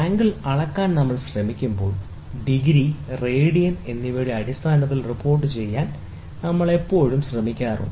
angle അളക്കാൻ നമ്മൾ ശ്രമിക്കുമ്പോൾ ഡിഗ്രി റേഡിയൻ എന്നിവയുടെ അടിസ്ഥാനത്തിൽ റിപ്പോർട്ടുചെയ്യാൻ നമ്മൾ എപ്പോഴും ശ്രമിക്കാറുണ്ട്